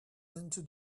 into